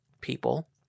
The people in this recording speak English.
people